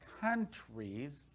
countries